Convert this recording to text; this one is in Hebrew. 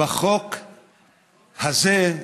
בחוק הזה,